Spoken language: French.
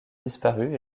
disparu